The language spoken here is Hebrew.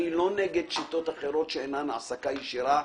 אני לא נגד שיטות אחרות שאינן העסקה ישירה.